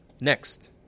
Next